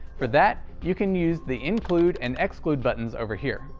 for that, you can use the include and exclude buttons over here.